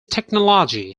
technology